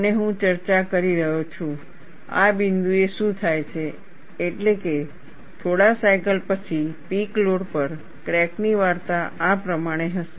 અને હું ચર્ચા કરી રહ્યો છું આ બિંદુએ શું થાય છે એટલે કે થોડા સાયકલ પછી પીક લોડ પર ક્રેકની વાર્તા આ પ્રમાણે હશે